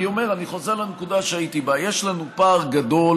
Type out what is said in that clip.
אני חוזר לנקודה שהייתי בה: יש לנו פער גדול